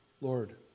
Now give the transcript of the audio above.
Lord